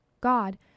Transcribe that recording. God